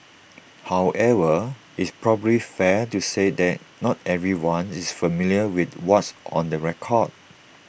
however is probably fair to say that not everyone is familiar with what's on the record